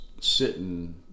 sitting